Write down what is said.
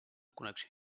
connexió